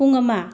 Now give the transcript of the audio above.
ꯄꯨꯡ ꯑꯃ